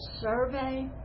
survey